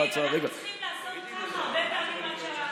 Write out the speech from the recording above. היינו צריכים לעשות ככה הרבה פעמים עד שנלחץ.